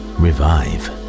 revive